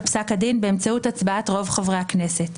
פסק הדין באמצעות הצבעת רוב חברי הכנסת.